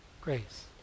grace